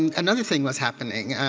and another thing was happening.